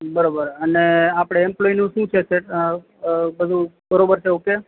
અને આપ એમ્પ્લોયીનું શું છે સ્ટેટ બધુ બરોબર છે ઓકે